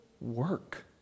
work